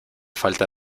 falta